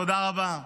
תודה רבה.